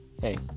hey